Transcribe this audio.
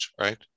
right